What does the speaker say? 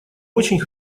очень